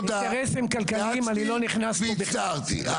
אני